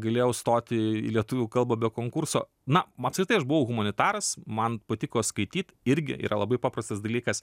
galėjau stoti į lietuvių kalbą be konkurso na apskritai aš buvau humanitaras man patiko skaityt irgi yra labai paprastas dalykas